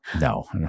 No